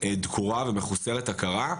דקורה ומחוסרת הכרה.